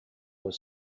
were